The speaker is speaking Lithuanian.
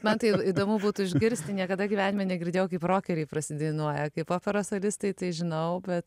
man tai įdomu būtų išgirsti niekada gyvenime negirdėjau kaip rokeriai prasidainuoja kaip operos solistai tai žinau bet